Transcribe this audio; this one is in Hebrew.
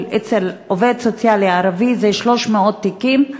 אצל עובד סוציאלי ערבי זה 300 תיקים,